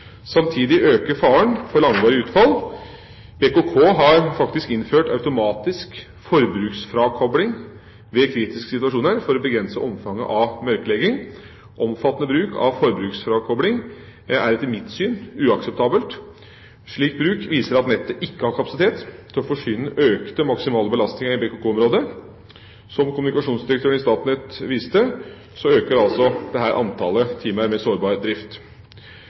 Samtidig øker faren for langvarig utfall. BKK har innført automatisk forbruksfrakobling ved kritiske situasjoner for å begrense omfanget av mørklegging. Omfattende bruk av forbruksfrakobling er etter mitt syn uakseptabelt. Slik bruk viser at nettet ikke har kapasitet til å forsyne den økte maksimale belastningen i BKK-området. Som kommunikasjonsdirektøren i Statnett viser til, øker antall timer med sårbar drift.